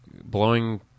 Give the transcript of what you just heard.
blowing